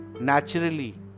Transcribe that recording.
naturally